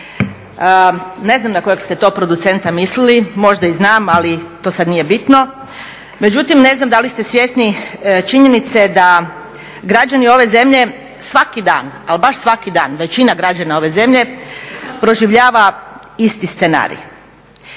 Ne znam na kojeg ste to producenta mislili, možda i znam ali to sad nije bitno, međutim ne znam da li ste svjesni činjenice da građani ove zemlje svaki dan, ali baš svaki dana, većina građana ove zemlje proživljava isti scenarij: